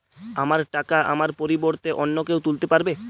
আমার টাকা আমার পরিবর্তে অন্য কেউ তুলতে পারবে?